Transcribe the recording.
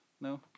No